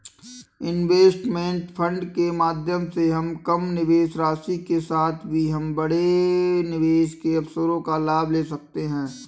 investment fund के माध्यम से हम कम निवेश राशि के साथ भी हम बड़े निवेश के अवसरों का लाभ ले सकते हैं